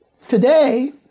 Today